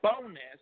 bonus